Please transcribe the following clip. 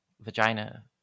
vagina